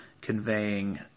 conveying